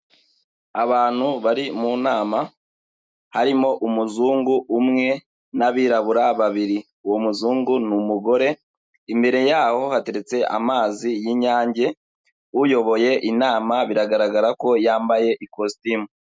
Abantu bari mu nama harimo umuzungu umwe n'abirabura babiri, uwo muzungu ni umugore, imbere yaho hateretse amazi y'inyange, uyoboye inama biragaragara ko yambaye ikositimu.